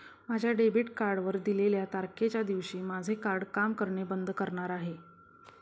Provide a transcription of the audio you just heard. माझ्या डेबिट कार्डवर दिलेल्या तारखेच्या दिवशी माझे कार्ड काम करणे बंद करणार आहे